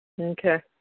Okay